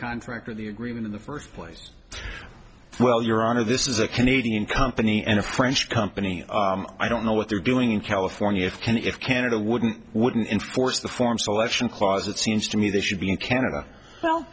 contract or the agreement in the first place well your honor this is a canadian company and a french company i don't know what they're doing in california and if canada wouldn't wouldn't enforce the form selection closet seems to me they should be in canada